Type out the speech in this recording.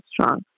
strong